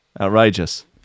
Outrageous